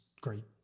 great